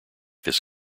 this